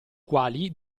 quali